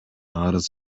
арыз